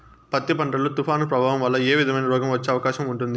పత్తి పంట లో, తుఫాను ప్రభావం వల్ల ఏ విధమైన రోగం వచ్చే అవకాశం ఉంటుంది?